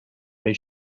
they